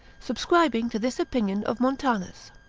subscribing to this opinion of montanus.